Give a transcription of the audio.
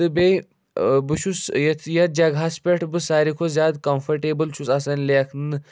تہٕ بیٚیہِ بہٕ چھُس یَتھ یَتھ جگہَس پٮ۪ٹھ بہٕ ساروی کھۄتہٕ زیادٕ کَمٛفٲٹیبُل چھُس آسان لیٚکھنہٕ